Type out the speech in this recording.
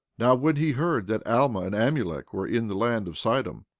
now, when he heard that alma and amulek were in the land of sidom,